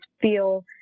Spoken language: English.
feel